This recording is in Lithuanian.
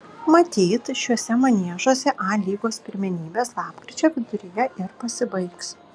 matyt šiuose maniežuose a lygos pirmenybės lapkričio viduryje ir pasibaigs